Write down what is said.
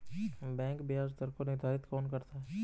Bank ब्याज दर को निर्धारित कौन करता है?